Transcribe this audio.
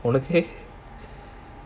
உனக்கு:unakku